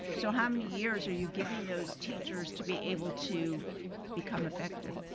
so how many years are you giving those teachers to be able to become effective?